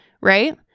Right